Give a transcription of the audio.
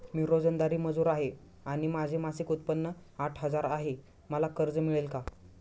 मी रोजंदारी मजूर आहे आणि माझे मासिक उत्त्पन्न आठ हजार आहे, मला कर्ज मिळेल का?